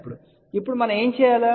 ఇప్పుడు మనం ఏమి చేయాలి